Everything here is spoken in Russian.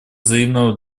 взаимного